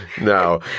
No